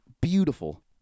beautiful